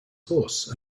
horse